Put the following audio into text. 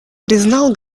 признал